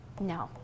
No